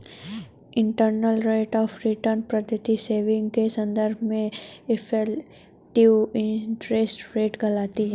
internal rate of return पद्धति saving के संदर्भ में इफेक्टिव इंटरेस्ट रेट कहलाती है